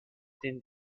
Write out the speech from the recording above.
den